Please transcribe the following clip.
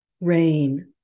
rain